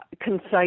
concise